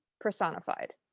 personified